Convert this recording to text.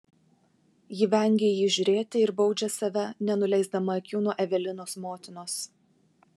ji vengia į jį žiūrėti ir baudžia save nenuleisdama akių nuo evelinos motinos